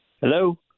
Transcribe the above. Hello